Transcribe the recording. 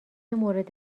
مورد